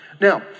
Now